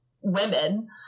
women